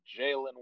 Jalen